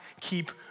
keep